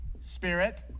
spirit